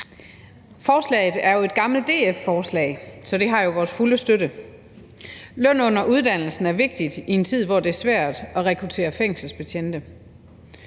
Forslaget er jo et gammelt DF-forslag, så det har jo vores fulde støtte. Løn under uddannelsen er vigtigt i en tid, hvor det er svært at rekruttere fængselsbetjente,